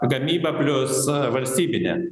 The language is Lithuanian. gamyba plius valstybinė